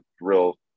real